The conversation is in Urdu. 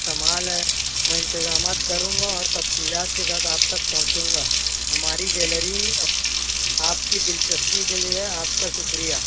کمال ہے میں انتظامات کروں گا اور تفصیلات کے ساتھ آپ تک پہنچوں گا ہماری گیلری آپ کی دلچسپی کے لئے آپ کا شکریہ